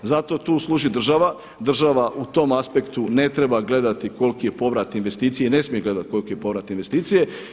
Zato tu služi država, država u tom aspektu ne treba gledati koliki je povrat investicije i ne smije gledati koliki je povrat investicije.